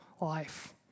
life